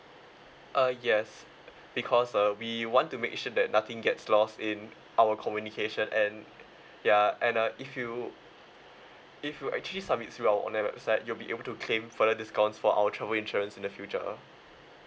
uh yes because uh we want to make sure that nothing gets lost in our communication and ya and uh if you if you actually submit through our online website you'll be able to claim further discounts for our travel insurance in the future